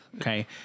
Okay